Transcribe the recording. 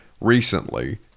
recently